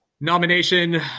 nomination